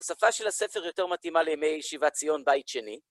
השפה של הספר יותר מתאימה לימי שיבת ציון בית שני.